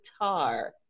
guitar